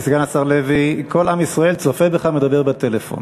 סגן השר לוי, כל עם ישראל צופה בך מדבר בטלפון